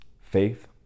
faith